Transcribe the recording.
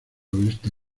oeste